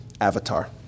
avatar